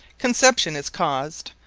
conception is caused,